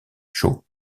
chauds